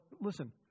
listen